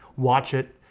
watch it,